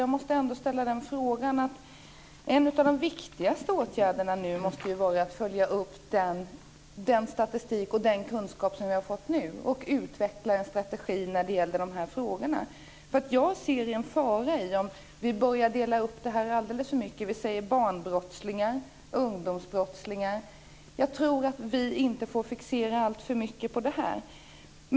Jag måste fråga om inte en av de viktigaste åtgärderna nu måste vara att följa upp den statistik och den kunskap som vi nu har fått och att utveckla en strategi för de här företeelserna. Jag ser en fara i att börja dela upp detta alldeles för mycket. Vi talar om barnbrottslingar och ungdomsbrottslingar. Jag tror att vi inte bör fixera alltför mycket på det här.